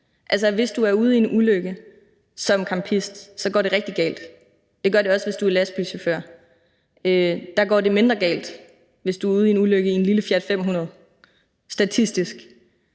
Hvis du er ude i en ulykke som campist, så går det rigtig galt. Det gør det også, hvis du er lastbilchauffør, men det går mindre galt, hvis du er ude i en ulykke i en lille Fiat 500 – statistisk.